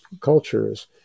cultures